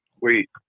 Wait